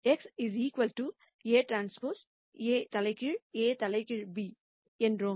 X Aᵀ A தலைகீழ் Aᵀ b என்றோம்